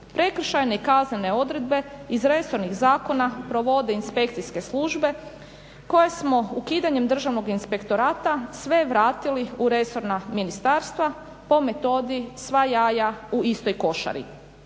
Prekršajne i kaznene odredbe iz resornih zakona provode inspekcijske službe koje smo ukidanjem Državnog inspektorata sve vratili u resorna ministarstva po metodi sva jaja u istoj košari.